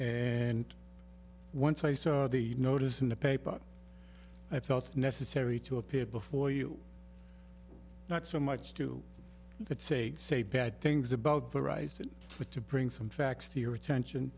and once i saw the notice in the paper i felt necessary to appear before you not so much to say say bad things about the rising but to bring some facts to your attention